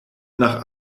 nach